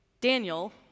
Daniel